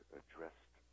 addressed